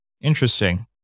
Interesting